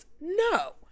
No